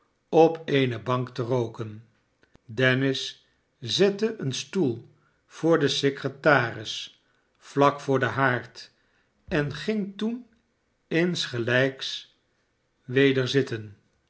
op eene bank te rooken dennis zette een stoel voor den secretaris vlak voor den haard en ging toen insgelijks wede zitten